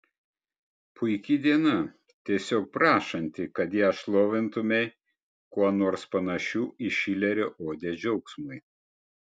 puiki diena tiesiog prašanti kad ją šlovintumei kuo nors panašiu į šilerio odę džiaugsmui